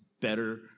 better